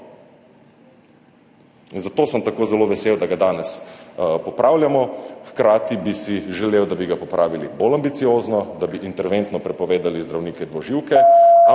zato sem tako zelo vesel, da ga danes popravljamo. Hkrati bi si želel, da bi ga popravili bolj ambiciozno, da bi interventno prepovedali zdravnike dvoživke, ampak